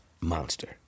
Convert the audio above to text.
monster